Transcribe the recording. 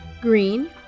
Green